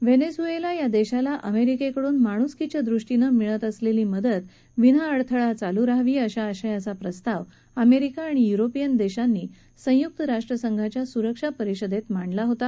Venezuela या देशाला अमेरिकेकडून माणूसकीच्या दृष्टीकोनातून मिळत असलेली मदत विना अडथळा चालू राहवी अशा आशयाचा प्रस्ताव अमेरिका आणि युरोपियन देशांनी संयुक्त राष्ट्रसंघाच्या सुरक्षा परिषदेत प्रस्ताव मांडला होता